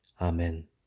Amen